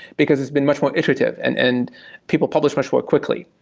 because it's been much more iterative and and people publish much more quickly.